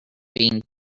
being